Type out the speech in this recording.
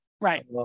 Right